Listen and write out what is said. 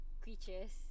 creatures